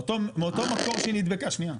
מאותו מקור שהיא נדבקה שנייה,